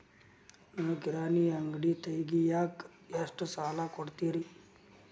ನನಗ ಕಿರಾಣಿ ಅಂಗಡಿ ತಗಿಯಾಕ್ ಎಷ್ಟ ಸಾಲ ಕೊಡ್ತೇರಿ?